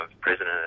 president